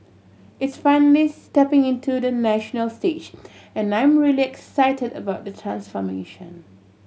it's finally stepping into the national stage and I'm really excited about the transformation